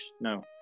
No